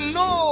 no